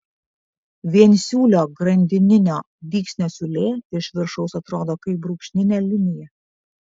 viensiūlio grandininio dygsnio siūlė iš viršaus atrodo kaip brūkšninė linija